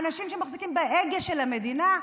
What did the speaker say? האנשים שמחזיקים בהגה של המדינה,